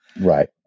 Right